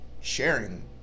sharing